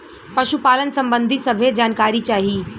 पशुपालन सबंधी सभे जानकारी चाही?